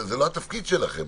זה לא התפקיד שלכם.